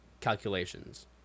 calculations